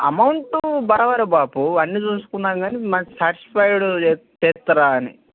amount బరాబరే బాపు అన్నీ చూసుకున్నాం గానీ బాపు మంచి సాటిస్ఫైడ్ చేస్ చేస్తారా అని